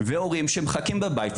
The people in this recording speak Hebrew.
והורים שמחכים בבית,